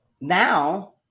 Now